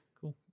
Cool